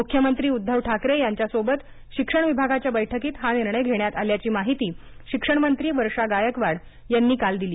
मुख्यमंत्री उद्धव ठाकरे यांच्यासोबत शिक्षण विभागाच्या बैठकीत हा निर्णय घेण्यात आल्याची माहिती शिक्षण मंत्री वर्षा गायकवाड यांनी काल दिली